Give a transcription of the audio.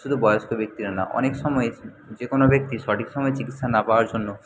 শুধু বয়স্ক ব্যক্তিরা না অনেক সময় যে কোনো ব্যক্তি সঠিক সময়ে চিকিৎসা না পাওয়ার জন্য